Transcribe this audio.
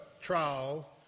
trial